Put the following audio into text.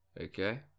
okay